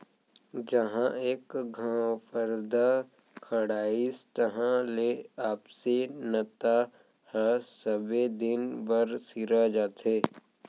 जहॉं एक घँव परदा खड़ाइस तहां ले आपसी नता ह सबे दिन बर सिरा जाथे